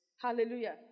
Hallelujah